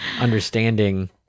understanding